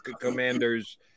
Commanders